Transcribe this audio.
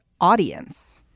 audience